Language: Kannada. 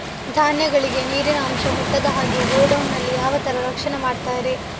ಧಾನ್ಯಗಳಿಗೆ ನೀರಿನ ಅಂಶ ಮುಟ್ಟದ ಹಾಗೆ ಗೋಡೌನ್ ನಲ್ಲಿ ಯಾವ ತರ ರಕ್ಷಣೆ ಮಾಡ್ತಾರೆ?